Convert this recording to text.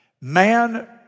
Man